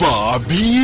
Bobby